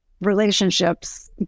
relationships